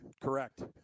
correct